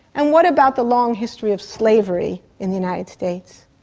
and what about the long history of slavery in the united states?